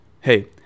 hey